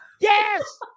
Yes